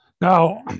Now